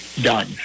done